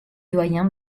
doyen